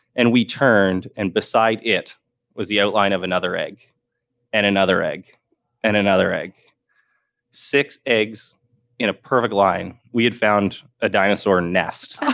and we turned, and beside it was the outline of another egg and another egg and another egg six eggs in a perfect line. we had found a dinosaur nest